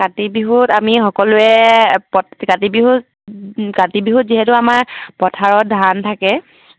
কাতি বিহুত আমি সকলোৱে কাতি বিহুত কাতি বিহুত যিহেতু আমাৰ পথাৰত ধান থাকে